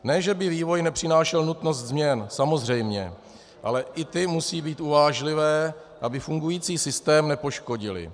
Ne že by vývoj nepřinášel nutnost změn, samozřejmě, ale i ty musí být uvážlivé, aby fungující systém nepoškodily.